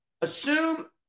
assume